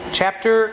chapter